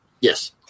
Yes